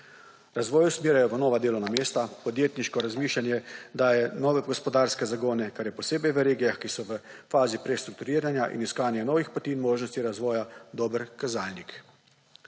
Razvoj usmerjajo v nova delovna mesta, podjetniško razmišljanje daje nove gospodarske zagone, kar je posebej v regijah, ki so v fazi prestrukturianja in iskanja novih poti in možnosti razvoj dober kazalnik.